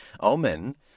Omen